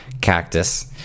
cactus